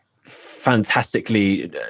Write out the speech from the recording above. fantastically